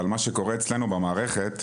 ועל מה שקורה אצלנו במערכת.